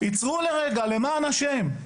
עצרו לרגע, למען השם,